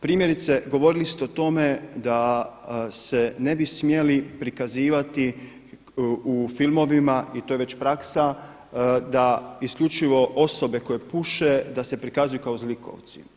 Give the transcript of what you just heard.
Primjerice, govorili ste o tome da se ne bi smjeli prikazivati u filmovima i to je već praksa da isključivo osobe koje puše da prikazuju kao zlikovci.